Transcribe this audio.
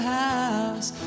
house